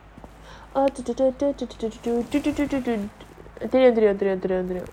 err to to to to to to to ஒன்பதுஒன்பது:onbathu onbathu